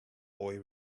boy